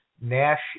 Nash